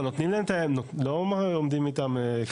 לא, לא עומדים איתם.